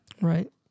Right